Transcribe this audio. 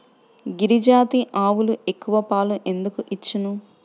గిరిజాతి ఆవులు ఎక్కువ పాలు ఎందుకు ఇచ్చును?